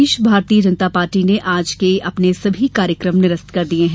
प्रदेश भारतीय जनता पार्टी ने आज के अपने सभी कार्यक्रम निरस्त कर दिये है